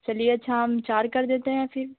चलिए अच्छा हम चार कर देते हैं फ़िर